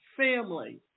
family